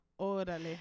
Orale